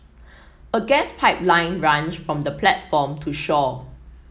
a gas pipeline runs from the platform to shore